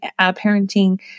parenting